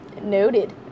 Noted